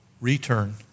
Return